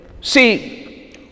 see